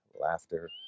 laughter